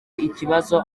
ikibazo